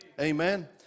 Amen